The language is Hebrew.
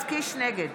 נגד